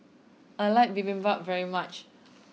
I like Bibimbap very much